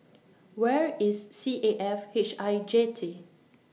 Where IS C A F H I Jetty